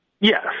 Yes